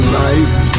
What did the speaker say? life